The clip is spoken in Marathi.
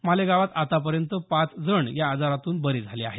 मालेगावात आतापर्यंत पाच जण या आजारातून बरे झाले आहेत